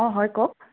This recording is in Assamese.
অ হয় কওক